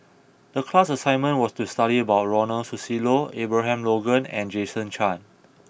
the class assignment was to study about Ronald Susilo Abraham Logan and Jason Chan